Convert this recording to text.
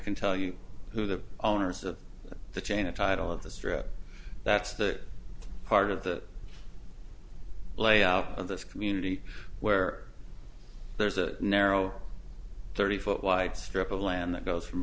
can tell you who the owners of the chain of title of this trip that's the part of the layout of this community where there's a narrow thirty foot wide strip of land that goes from